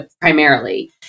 primarily